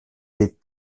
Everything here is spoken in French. des